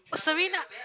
oh Serena